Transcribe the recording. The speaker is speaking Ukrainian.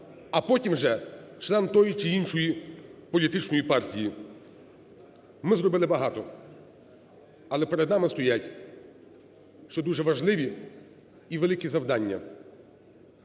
а потім вже член тієї чи іншої політичної партії. Ми зробили багато. Але перед нами стоять ще дуже важливі і великі завдання.